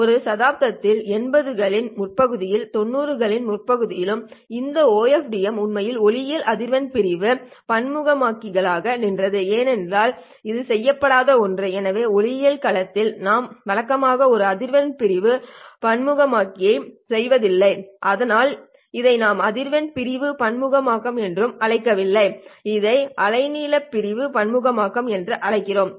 அந்த தசாப்தத்தில் 80 களின் முற்பகுதியிலும் 90 களின் முற்பகுதியிலும் இந்த OFDM உண்மையில் ஒளியியல் அதிர்வெண் பிரிவு பன்முகமாக்கம்ற்காக நின்றது ஏனென்றால் இது செய்யப்படாத ஒன்று எனவே ஒளியியல் களத்தில் நாம் வழக்கமாக ஒரு அதிர்வெண் பிரிவு பன்முகமாக்கமை செய்வதில்லை அதனால் இதை நாம் அதிர்வெண் பிரிவு பன்முகமாக்கம் என்று அழைக்கவில்லை இதை அலைநீள பிரிவு பன்முகமாக்கம் என்று அழைக்கிறோம்